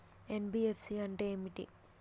NBFC అంటే ఏమిటి?